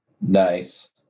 Nice